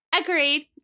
Agreed